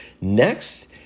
Next